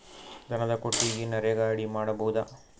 ದನದ ಕೊಟ್ಟಿಗಿ ನರೆಗಾ ಅಡಿ ಮಾಡಬಹುದಾ?